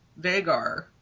Vagar